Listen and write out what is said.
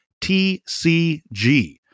TCG